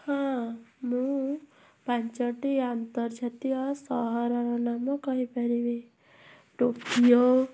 ହଁ ମୁଁ ପାଞ୍ଚଟି ଅନ୍ତର୍ଜାତୀୟ ସହରର ନାମ କହିପାରିବି ଟୋକିଓ